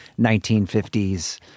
1950s